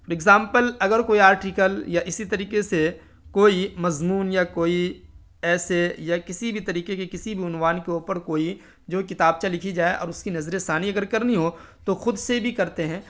example اگر کوئی article یا اسی طریقے سے کوئی مضمون یا کوئی ایسے یا کسی بھی طریقے کے کسی بھی عنوان کے اوپر کوئی جو کتابچہ لکھی جائے اور اس کی نظر ثانی اگر کرنی ہو تو خود سے بھی کرتے ہیں